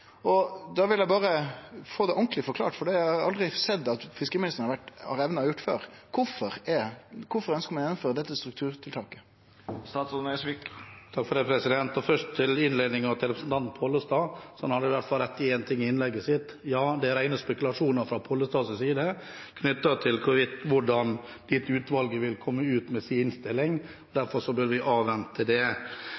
mottakssida. Da vil eg berre få det ordentleg forklart, for det har eg aldri sett at fiskeriministeren har evna å gjere før: Kvifor ønskjer ein å gjennomføre dette strukturtiltaket? Først til innledningen til representanten Knag Fylkesnes. Han har i hvert fall rett i én ting i innlegget sitt: Ja, det er rene spekulasjoner fra Knag Fylkesnes’ side hvordan dette utvalget vil komme ut med sin innstilling.